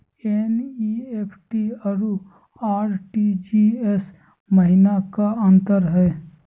NEFT अरु RTGS महिना का अंतर हई?